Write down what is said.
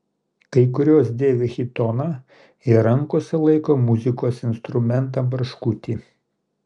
kai kurios dėvi chitoną ir rankose laiko muzikos instrumentą barškutį